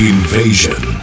Invasion